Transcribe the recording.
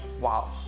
wow